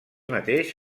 mateix